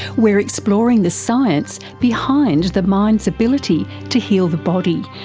we're exploring the science behind the mind's ability to heal the body,